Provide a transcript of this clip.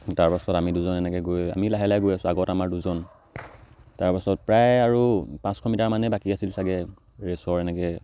তাৰপাছত আমি দুজন এনেকৈ গৈ আমি লাহে লাহে গৈ আছোঁ আগত আমাৰ দুজন তাৰপাছত প্ৰায় আৰু পাঁচশ মিটাৰমানেই বাকী আছিল ছাগৈ ৰেচৰ এনেকৈ